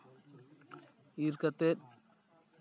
ᱤᱨ ᱠᱟᱛᱮᱫ